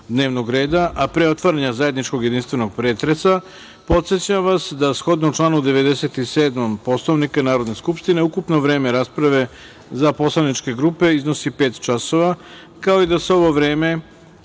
dnevnog reda, a pre otvaranja zajedničkog jedinstvenog pretresa, podsećam vas da shodno članu 97. Poslovnika Narodne skupštine ukupno vreme rasprave za poslaničke grupe iznosi pet časova, kao i da se ovo vreme